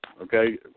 okay